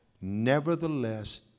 Nevertheless